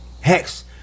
Hex